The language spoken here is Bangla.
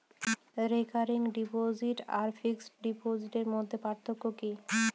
রেকারিং ডিপোজিট আর ফিক্সড ডিপোজিটের মধ্যে পার্থক্য কি?